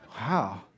Wow